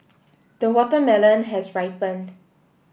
the watermelon has ripened